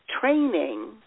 training